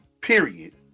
period